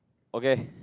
okay